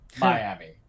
Miami